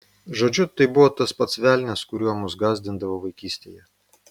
žodžiu tai buvo tas pats velnias kuriuo mus gąsdindavo vaikystėje